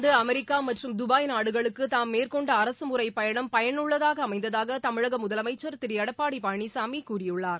England America மற்றம் Dubai நாடுகளுக்கு தாம் மேற்கொண்ட அரகமுறைப் பயணம் பயனுள்ளதாக அமைந்ததாக தமிழக முதலமைச்சர் திரு எடப்பாடி பழனிசாமி கூறியுள்ளார்